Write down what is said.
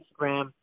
Instagram